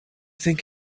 think